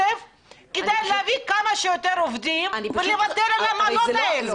צריך להביא כמה שיותר עובדים ולוותר על העמלות האלה.